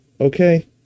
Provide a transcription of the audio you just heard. okay